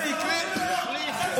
לדעתך הוא לא.